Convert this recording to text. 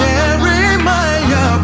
Jeremiah